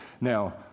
Now